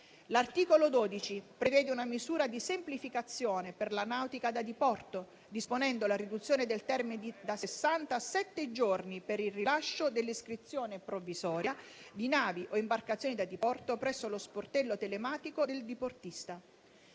L'articolo 12 prevede una misura di semplificazione per la nautica da diporto, disponendo la riduzione del termine da sessanta a sette giorni per il rilascio dell'iscrizione provvisoria di navi o imbarcazioni da diporto presso lo Sportello telematico del diportista